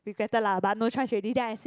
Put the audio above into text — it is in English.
regretted lah but no chance already then I say